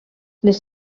les